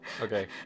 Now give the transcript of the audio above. Okay